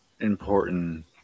important